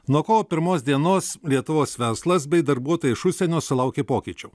nuo kovo pirmos dienos lietuvos verslas bei darbuotojai iš užsienio sulaukė pokyčių